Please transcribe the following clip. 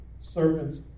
servant's